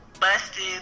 busted